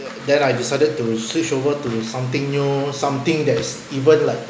then I decided to switch over to something new something that's even like